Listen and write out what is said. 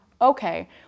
okay